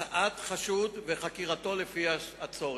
הסעת חשוד וחקירתו לפי הצורך.